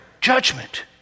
judgment